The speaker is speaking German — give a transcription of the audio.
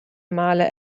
male